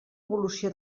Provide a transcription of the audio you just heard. evolució